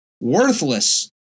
worthless